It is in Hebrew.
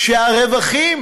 שהרווחים